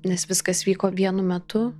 nes viskas vyko vienu metu